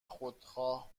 خودخواه